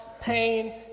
pain